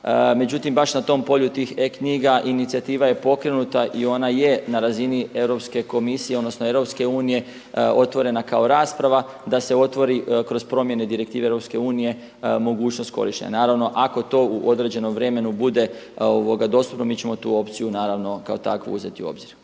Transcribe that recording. Međutim, baš na tom polju tih e-knjiga inicijativa je pokrenuta i ona je na razini Europske komisije odnosno EU otvorena kao rasprava da se otvori kroz promjene direktive EU mogućnost korištenja. Naravno ako to u određenom vremenu bude dostupno mi ćemo tu opciju naravno kao takvu uzeti u obzir.